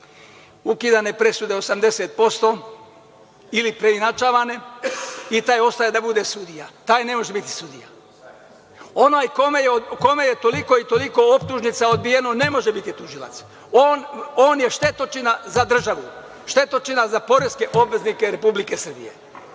ukidane presude 80% ili preinačavane i taj ostaje da bude sudija? Taj ne može biti sudija. Onaj kome je toliko i toliko optužnica odbijeno ne može biti tužilac. On je štetočina za državu, štetočina za poreske obveznike Republike Srbije. Ima